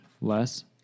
less